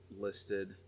listed